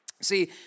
See